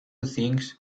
things